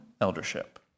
eldership